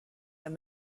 and